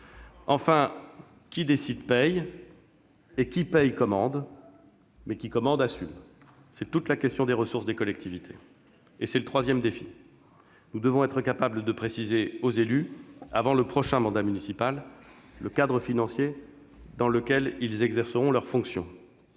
Enfin, qui décide paie, et qui paie commande, mais qui commande assume ! C'est toute la question des ressources des collectivités. C'est le troisième défi : nous devons être capables de préciser aux élus, avant le début du prochain mandat municipal, le cadre financier dans lequel ils exerceront leurs fonctions.